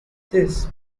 this